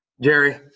Jerry